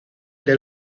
del